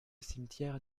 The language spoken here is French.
cimetière